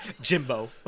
Jimbo